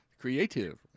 creative